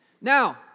now